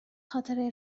خاطره